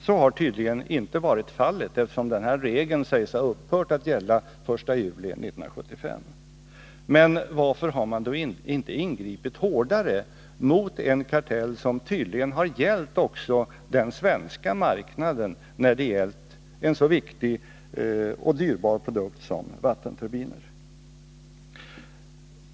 Så har tydligen inte varit fallet, eftersom den här regeln sägs ha upphört att gälla den 1 juli 1975. Men varför har man då inte ingripit hårdare mot en kartell som tydligen har gällt också den svenska marknaden i fråga om en så viktig och dyrbar produkt som vattenturbiner?